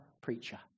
preacher